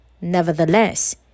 Nevertheless